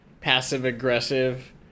passive-aggressive